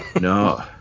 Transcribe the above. No